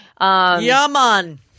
Yaman